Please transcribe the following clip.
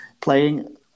playing